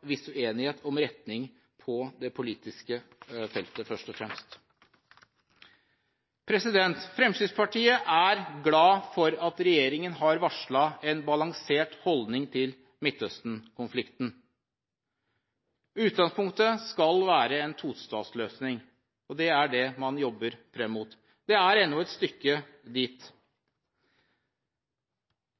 viss uenighet om retning på det politiske feltet – først og fremst. Fremskrittspartiet er glad for at regjeringen har varslet en balansert holdning til Midtøsten-konflikten. Utgangspunktet skal være en tostatsløsning, og det er det man jobber fram mot. Det er ennå et stykke dit.